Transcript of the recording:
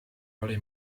oli